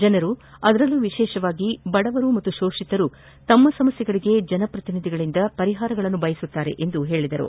ಜನರು ಅದರಲ್ಲೂ ವಿಶೇಷವಾಗಿ ಬಡವರು ಹಾಗೂ ಶೋಷಿತರು ತಮ್ಮ ಸಮಸ್ಯೆಗಳಿಗೆ ಜನಪ್ರತಿನಿಧಿಗಳಿಂದ ಪರಿಹಾರಗಳನ್ನು ಬಯಸುತ್ತಾರೆ ಎಂದರು